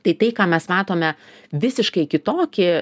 tai tai ką mes matome visiškai kitokį